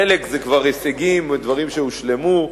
חלק זה כבר הישגים ודברים שהושלמו,